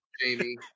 Jamie